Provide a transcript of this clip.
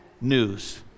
news